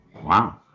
Wow